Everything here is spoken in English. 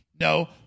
No